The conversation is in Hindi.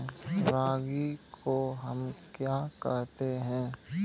रागी को हम क्या कहते हैं?